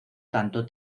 tanto